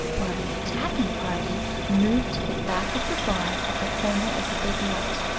while the attacking party moved to the back of the barn at the corner of the big lot.